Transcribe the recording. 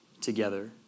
together